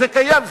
זה קיים,